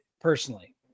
personally